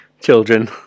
children